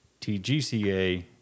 TGCA